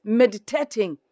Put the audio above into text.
meditating